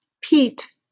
Pete